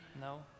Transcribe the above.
No